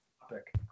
topic